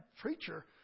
preacher